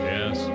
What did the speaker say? Yes